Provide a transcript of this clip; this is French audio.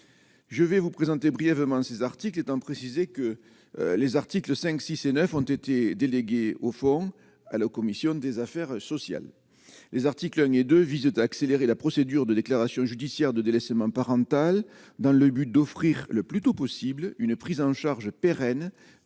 je vais vous présenter brièvement ses articles, étant précisé que les articles 5 6 et 9 ont été délégués au fond à la commission des affaires sociales, les articles 1 et 2 visait à accélérer la procédure de déclaration judiciaire de délaissement parental dans le but d'offrir le plus tôt possible une prise en charge pérenne